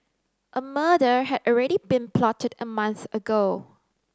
a murder had already been plotted a month ago